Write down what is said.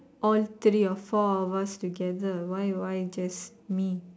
all three or four of us together why why just me